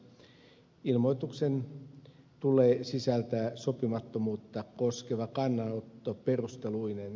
ilmoituksen tulee sisältää sopimattomuutta koskeva kannanotto perusteluineen